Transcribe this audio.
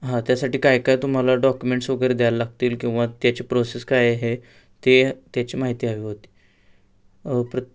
हां त्यासाठी काय काय तुम्हाला डॉक्युमेंट्स वगैरे द्यायला लागतील किंवा त्याचे प्रोसेस काय आहे ते त्याची माहिती हवी होती प्र